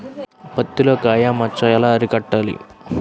పత్తిలో కాయ మచ్చ ఎలా అరికట్టాలి?